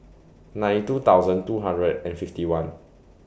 ninety two thousand two hundred and fifty one